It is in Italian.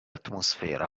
atmosfera